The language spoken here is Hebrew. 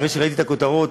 אחרי שראיתי את הכותרות,